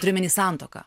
turi omeny santuoką